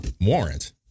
warrant